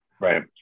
Right